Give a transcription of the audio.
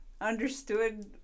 understood